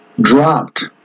dropped